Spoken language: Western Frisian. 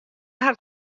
har